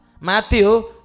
Matthew